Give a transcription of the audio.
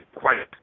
quiet